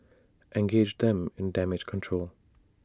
engage them in damage control